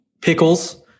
Pickles